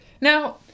Now